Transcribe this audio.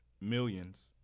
millions